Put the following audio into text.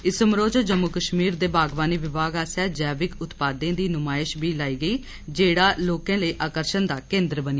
इस समारोह च जम्मू कश्मीर दे बागवानी विभाग आसेया जैविक उत्पादें दी न्माइश बी लाई गेई जेड़ा लोकें लेई आकर्षण दा केन्द्र बनी